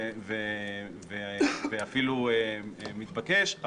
ואפילו מתבקש,